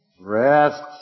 rest